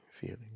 feeling